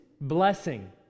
blessing